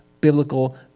biblical